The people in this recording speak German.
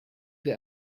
der